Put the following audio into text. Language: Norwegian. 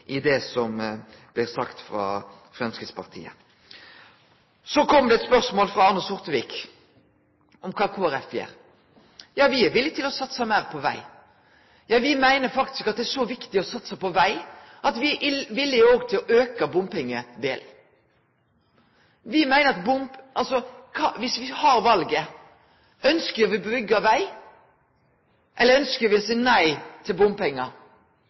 i det som blei sagt frå Framstegspartiet. Det kom eit spørsmål frå Arne Sortevik om kva Kristeleg Folkeparti gjer. Ja, me er villige til å satse meir på veg. Me meiner faktisk at det er så viktig å satse på veg at me er villige til å auke bompengedelen. Dersom me har valet, ønskjer me å byggje veg, eller ønskjer me å seie nei til bompengar?